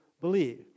believe